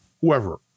Whoever